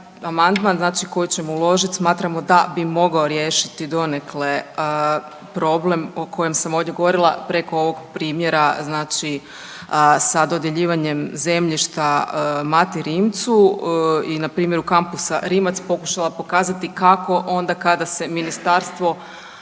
koji ćemo uložit smatramo da bi mogao riješiti donekle problem o kojem sam ovdje govorila preko ovog primjera sa dodjeljivanjem zemljišta Mati Rimcu i na primjeru kampusa Rimac pokušala pokazati kako onda kada se ministarstvo